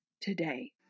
today